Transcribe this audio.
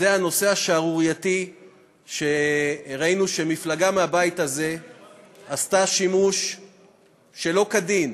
וזה הנושא השערורייתי שראינו שמפלגה מהבית הזה עשתה שימוש שלא כדין